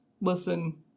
listen